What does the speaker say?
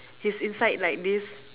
he's inside like this